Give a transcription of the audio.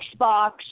Xbox